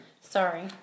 Sorry